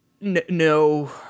no